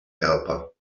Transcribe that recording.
helper